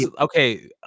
Okay